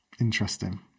Interesting